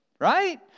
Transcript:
right